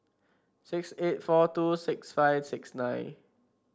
six eight four two six five six nine